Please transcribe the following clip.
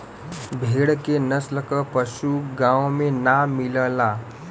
भेड़ के नस्ल क पशु गाँव में ना मिलला